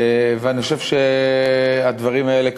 אני חושב שהדברים האלה,